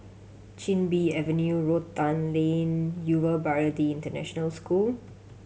Chin Bee Avenue Rotan Lane Yuva Bharati International School